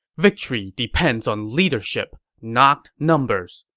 victory depends on leadership, not numbers.